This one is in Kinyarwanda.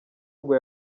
ngo